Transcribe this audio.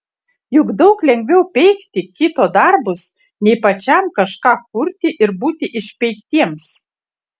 juk daug lengviau peikti kito darbus nei pačiam kažką kurti ir būti išpeiktiems